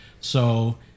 So-